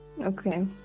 Okay